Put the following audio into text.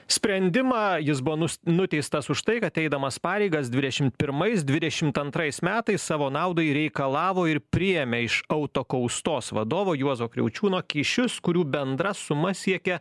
sprendimą jis buvo nus nuteistas už tai kad eidamas pareigas dvidešim pirmais dvidešimt metais savo naudai reikalavo ir priėmė iš autokaustos vadovo juozo kriaučiūno kyšius kurių bendra suma siekia